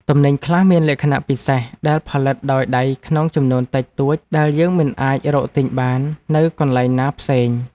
ទំនិញខ្លះមានលក្ខណៈពិសេសដែលផលិតដោយដៃក្នុងចំនួនតិចតួចដែលយើងមិនអាចរកទិញបាននៅកន្លែងណាផ្សេង។